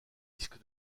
disque